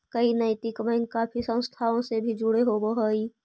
कई नैतिक बैंक काफी संस्थाओं से भी जुड़े होवअ हई